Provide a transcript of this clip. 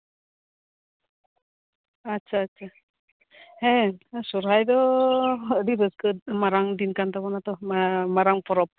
ᱟᱪᱪᱷᱟ ᱟᱪᱪᱷᱟ ᱦᱮᱸ ᱥᱚᱨᱦᱟᱭ ᱫᱚ ᱟᱹᱰᱤ ᱨᱟᱹᱥᱠᱟᱹ ᱢᱟᱨᱟᱝ ᱫᱤᱱ ᱠᱟᱱ ᱛᱟᱵᱚᱱᱟ ᱛᱚ ᱦᱮᱸ ᱢᱟᱨᱟᱝ ᱯᱚᱨᱚᱵ